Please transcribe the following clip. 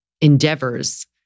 endeavors